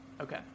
Okay